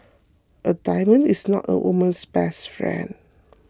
a diamond is not a woman's best friend